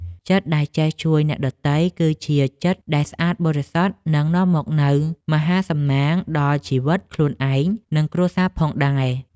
ចិត្តដែលចេះជួយអ្នកដទៃ គឺជាចិត្តដែលស្អាតបរិសុទ្ធ និងនាំមកនូវមហាសំណាងដល់ជីវិតខ្លួនឯង និងគ្រួសារផងដែរ។